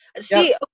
See